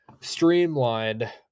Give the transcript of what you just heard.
streamlined